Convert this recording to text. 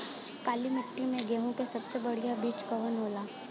काली मिट्टी में गेहूँक सबसे बढ़िया बीज कवन होला?